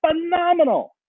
phenomenal